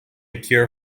cure